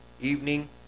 evening